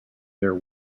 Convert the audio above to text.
their